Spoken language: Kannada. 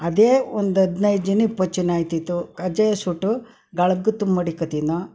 ಅದೇ ಒಂದು ಹದಿನೈದು ಜನ ಇಪ್ಪತ್ತು ಜನ ಆಗ್ತಿತ್ತು ಕಜ್ಜಾಯ ಸುಟ್ಟು ಮಾಡಾಕತ್ತೀವಿ ನಾವು